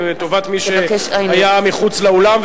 לטובת מי שהיה מחוץ לאולם,